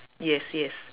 yes yes